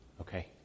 Okay